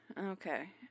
okay